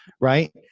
right